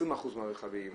20% או